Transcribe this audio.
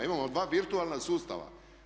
Imamo dva virtualna sustava.